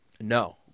No